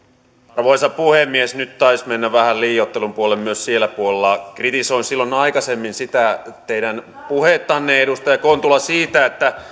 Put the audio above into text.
arvoisa puhemies nyt taisi mennä vähän liioittelun puolelle myös siellä puolella kritisoin silloin aikaisemmin sitä teidän puhettanne edustaja kontula siitä että